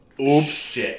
Oops